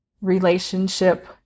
relationship